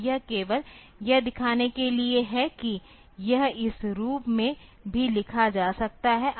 तो यह केवल यह दिखाने के लिए है कि यह इस रूप में भी लिखा जा सकता है